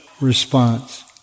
response